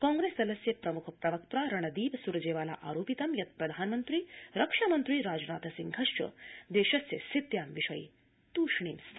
कांग्रेसदलस्य प्रमुख प्रवक्त्रा रणदीप स्रजेवाला आरोपितं यत् प्रधानमन्त्री रक्षामन्त्री राजनाथ सिंहश्च देशस्य स्थित्यां विषये तृष्णीं स्त